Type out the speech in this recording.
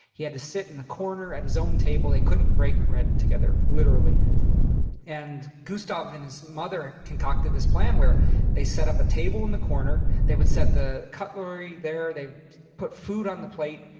he had to sit in the corner at his own table. they couldn't break bread together. literally and gustav and his mother concocted this plan where they set up a table in the corner, they would set the cutlery there. they'd put food on the plate.